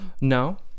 no